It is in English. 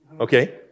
Okay